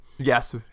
Yes